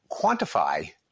quantify